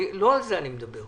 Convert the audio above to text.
לא על זה אני מדבר.